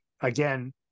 again